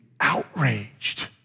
outraged